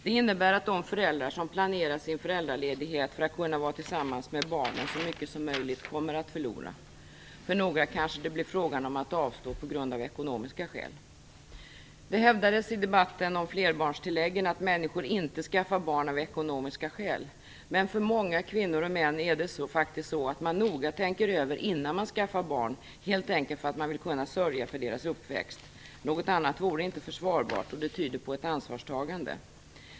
Det innebär att de föräldrar som planerat sin föräldraledighet för att kunna vara tillsammans med barnen så mycket som möjligt kommer att förlora. För några kanske det blir fråga om att avstå på grund av ekonomiska skäl Det hävdades i debatten om flerbarnstilläggen att människor inte skaffar barn av ekonomiska skäl. Men för många kvinnor och män är det faktiskt så att man noga tänker över innan man skaffar barn, helt enkelt därför att man vill kunna sörja för deras uppväxt. Något annat vore inte försvarbar, och det tyder på ansvarstagande.